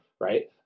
right